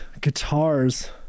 guitars